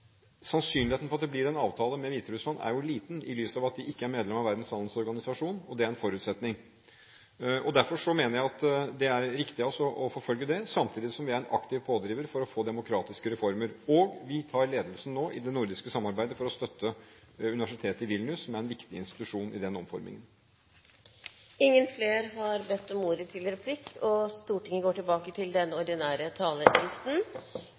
Sannsynligheten for at det blir en avtale med Hviterussland, er liten i lys av at de ikke er medlem av Verdens handelsorganisasjon, og det er en forutsetning. Derfor mener jeg at det er riktig av oss å forfølge det, samtidig som vi er en aktiv pådriver for å få demokratiske reformer. Vi tar ledelsen i det nordiske samarbeidet nå for å støtte universitetet i Vilnius, som er en viktig institusjon i den